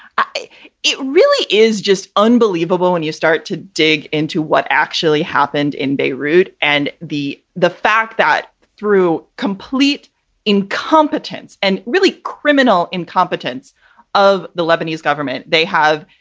i it really is just unbelievable when you start to dig into what actually happened in beirut and the, the fact that through complete incompetence and really criminal incompetence of the lebanese government, they have,